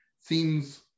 seems